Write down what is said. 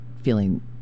feeling